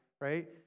Right